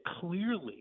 clearly